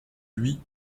lui